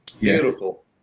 Beautiful